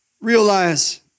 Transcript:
Realize